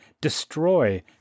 destroy